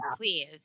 please